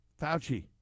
Fauci